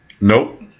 Nope